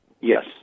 Yes